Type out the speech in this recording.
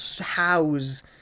house